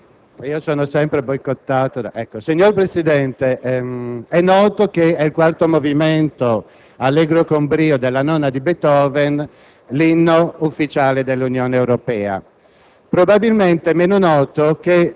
Signor Presidente, è noto che il quarto movimento «Allegro con brio» della nona sinfonia di Beethoven è l'inno ufficiale dell'Unione Europea.